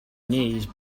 knees